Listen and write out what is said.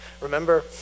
Remember